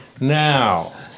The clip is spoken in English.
Now